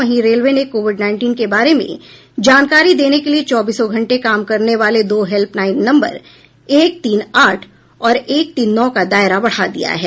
वहीं रेलवे ने covid nineteen के बारे में जानकारी देने के लिए चौबीसों घंटे काम करने वाले दो हेल्पलाइन नम्बर एक तीन आठ और एक तीन नौ का दायरा बढ़ा दिया है